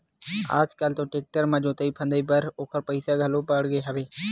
आज कल तो टेक्टर म जोतई फंदई बर ओखर पइसा घलो बाड़गे हवय